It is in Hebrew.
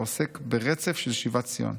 העוסק ברצף של שיבת ציון.